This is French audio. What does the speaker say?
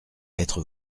être